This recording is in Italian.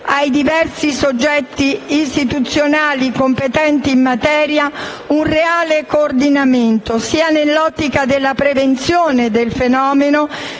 ai diversi soggetti istituzionali competenti in materia un reale coordinamento, sia nell'ottica della prevenzione del fenomeno